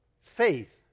Faith